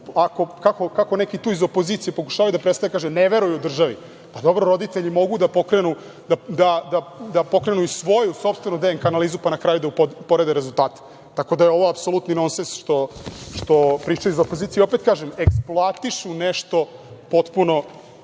kako neki tu iz opozicije pokušavaju da predstave, kažu, ne veruju državi, pa dobro, roditelji mogu da pokrenu i svoju sopstvenu DNK analizu, pa na kraju da uporede rezultate, tako da je ovo apsolutni nonsens što pričaju iz opozicije. Opet kažem, eksploatišu nešto potpuno